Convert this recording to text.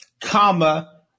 comma